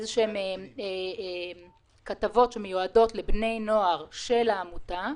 איזה שהן כתבות שמיועדות לבני נוער של העמותה,